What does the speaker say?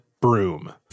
broom